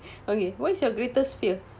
okay what is your greatest fear